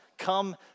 come